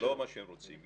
זה לא מה שהם רוצים.